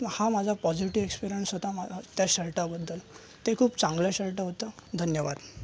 हा माझा positive experience होता मा त्या शर्टाबद्दल ते खूप चांगलं शर्ट होतं धन्यवाद